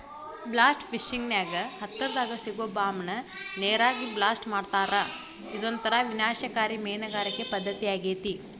blast fishing ನ್ಯಾಗ ಹತ್ತರದಾಗ ಸಿಗೋ ಬಾಂಬ್ ನ ನೇರಾಗ ಬ್ಲಾಸ್ಟ್ ಮಾಡ್ತಾರಾ ಇದೊಂತರ ವಿನಾಶಕಾರಿ ಮೇನಗಾರಿಕೆ ಪದ್ದತಿಯಾಗೇತಿ